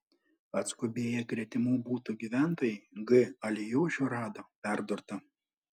atskubėję gretimų butų gyventojai g alijošių rado perdurtą